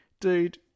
dude